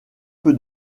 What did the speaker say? peu